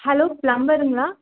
hello ப்ளம்பருங்களா